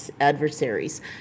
adversaries